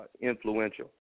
influential